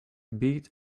beat